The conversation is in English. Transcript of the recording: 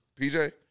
PJ